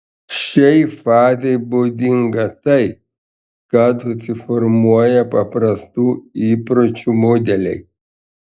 šiai fazei būdinga tai kad susiformuoja paprastų įpročių modeliai